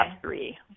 three